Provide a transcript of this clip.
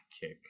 kick